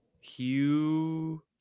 Hugh